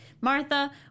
Martha